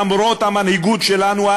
למרות המנהיגות שלנו,